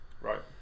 Right